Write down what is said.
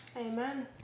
Amen